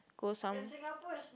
go some